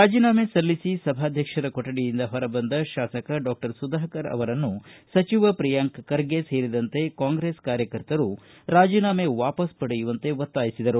ರಾಜೀನಾಮೆ ಸಲ್ಲಿಸಿ ಸಭಾಧ್ಯಕ್ಷರ ಕೊಠಡಿಯಿಂದ ಹೊರಬಂದ ಶಾಸಕ ಡಾಕ್ಷರ್ ಸುಧಾಕರ್ ಅವರನ್ನು ಸಚಿವ ಪ್ರಿಯಾಂಕ ಖರ್ಗೆ ಸೇರಿದಂತೆ ಕಾಂಗ್ರೆಸ್ ಕಾರ್ಯಕರ್ತರು ರಾಜೀನಾಮೆ ವಾಪಾಸು ಪಡೆಯುವಂತೆ ಒತ್ತಾಯಿಸಿದರು